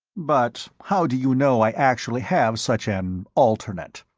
but how do you know i actually have such an alternate?